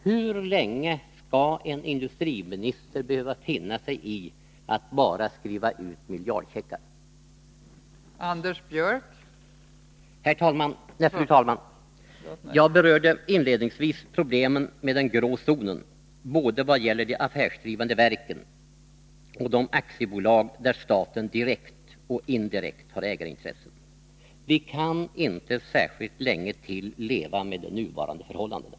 Hur länge skall en industriminister behöva finna sig i att bara skriva ut miljardcheckar? Fru talman! Jag berörde inledningsvis problemen med den grå zonen, både 59 vad gäller de affärsdrivande verken och de aktiebolag där staten direkt och indirekt har ägarintressen. Vi kan inte särskilt länge till leva med de nuvarande förhållandena.